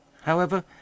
However